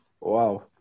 wow